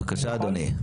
בבקשה, אדוני.